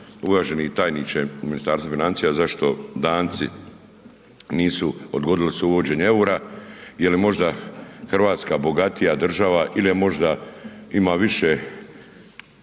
uvaženi tajniče u Ministarstvu financija, zašto Danci nisu, odgodili su uvođenje eura, je li možda Hrvatska bogatija država ili možda ima više